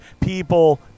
people